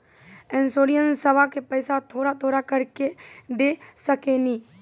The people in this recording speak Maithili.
इंश्योरेंसबा के पैसा थोड़ा थोड़ा करके दे सकेनी?